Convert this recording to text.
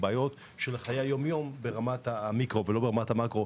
ובגלל בעיות בחיי היום יום ברמת המיקרו ולא ברמת המאקרו,